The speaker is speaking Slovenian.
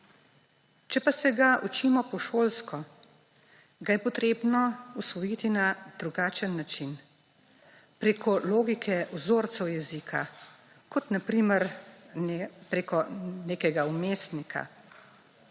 Če pa se ga učimo po šolsko, ga je treba osvojiti na drugačen način, preko logike vzorcev jezika, kot na primer preko nekega vmesnika.